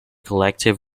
collective